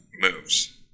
moves